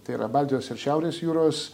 tai yra baltijos ir šiaurės jūros